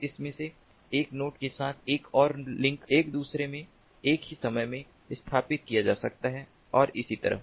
फिर इनमें से एक नोड के साथ एक और लिंक एक दूसरे में एक ही समय में स्थापित किया जा सकता है और इसी तरह